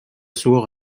суох